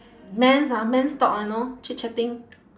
men's ah men's talk ah know chit-chatting